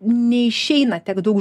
neišeina tiek daug